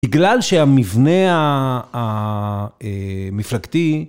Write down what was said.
בגלל שהמבנה המפלגתי...